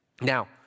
Now